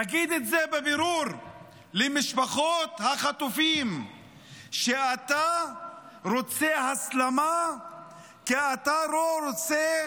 תגיד את זה בבירור למשפחות החטופים שאתה רוצה הסלמה כי אתה לא רוצה